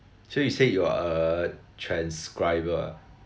so you said you are a transcriber ah